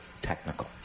technical